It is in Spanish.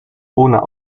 una